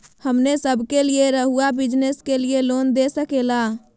हमने सब के लिए रहुआ बिजनेस के लिए लोन दे सके ला?